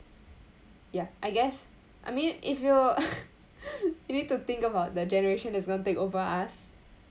ya I guess I mean if you you need to think about the generation that is going to take over us